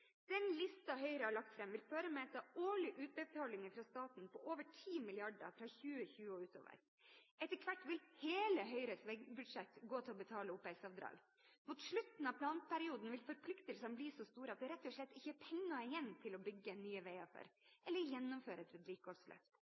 Den listen Høyre har lagt fram, vil føre med seg årlige utbetalinger fra staten på over 10 mrd. kr fra 2020 og utover. Etter hvert vil hele Høyres veibudsjett gå til å betale OPS-avdrag. Mot slutten av planperioden vil forpliktelsene bli så store at det rett og slett ikke er penger igjen til å bygge nye veier for, eller gjennomføre et vedlikeholdsløft.